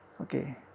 okay